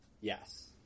yes